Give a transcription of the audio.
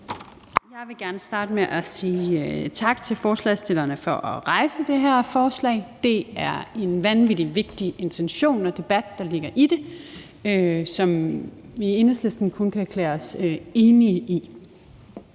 Jeg vil gerne starte med at sige tak til forslagsstillerne for at fremsætte det her forslag. Det er en vanvittig vigtig intention og debat, der ligger i det, som vi i Enhedslisten kun kan erklære os enige i,